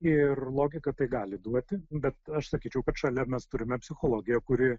ir logika tai gali duoti bet aš sakyčiau kad šalia mes turime psichologiją kuri